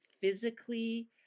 physically